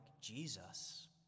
Jesus